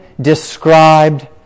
described